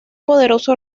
poderoso